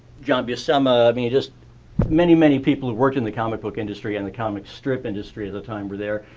john buscema. i mean just many, many people that work in the comic book industry and the comic strip industry at the time were there,